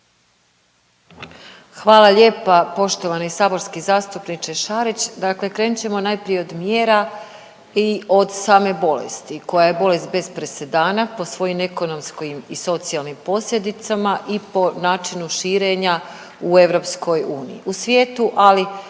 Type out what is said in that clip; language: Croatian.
Hvala lijepa poštovani saborski zastupniče Šarić. Dakle, krenut ćemo najprije od mjera i od same bolesti, koja je bolest bez presedana po svojim ekonomskim i socijalnim posljedicama i po načinu širenja u Europskoj uniji,